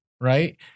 right